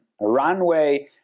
runway